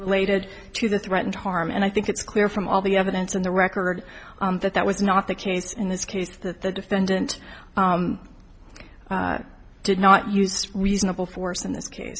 related to the threatened harm and i think it's clear from all the evidence in the record that that was not the case in this case that the defendant did not use reasonable force in this case